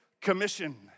commission